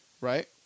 Right